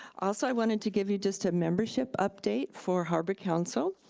also i wanted to give you just a membership update for harbor council.